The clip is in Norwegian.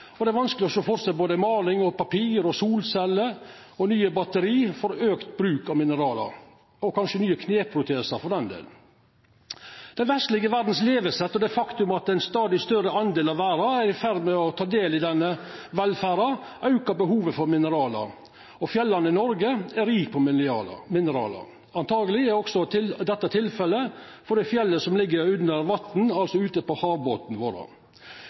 Det er vanskeleg å sjå for seg både måling, papir, solceller og nye batteri utan auka bruk av mineral – ja, kanskje nye kneprotesar for den del. Den vestlege verdas levesett og det faktum at ein stadig større del av verda er i ferd med å ta del i denne velferda, aukar behovet for mineral. Og fjellandet Noreg er rikt på mineral. Antakeleg er det også tilfellet for det fjellet som ligg under vatn, altså ute på havbotnen vår.